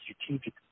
strategically